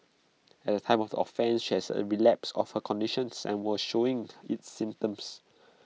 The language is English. at the time of offence she has A relapse of her conditions and was showing its symptoms